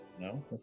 No